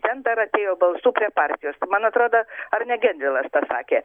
ten dar atėjo balsų prie partijos man atrodo ar ne gedvilas pasakė